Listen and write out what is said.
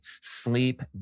sleep